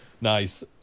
Nice